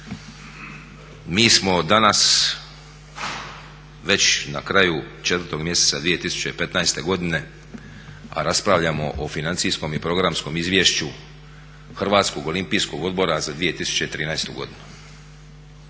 Mi smo danas već na kraju 4. mjeseca 2015. godine a raspravljamo o Financijskom i programskom Izvješću HOO-a za 2013. godinu.